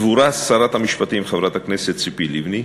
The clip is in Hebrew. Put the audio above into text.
סבורה שרת המשפטים, חברת הכנסת ציפי לבני,